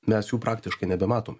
mes jų praktiškai nebematom